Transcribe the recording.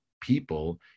people